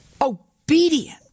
obedient